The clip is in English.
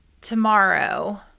Tomorrow